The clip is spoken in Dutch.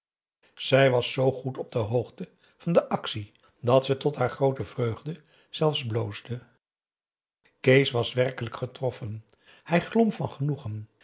zij was zoo goed op de hoogte van de actie dat ze tot haar groote vreugde zelfs bloosde kees was werkelijk getroffen hij glom van genoegen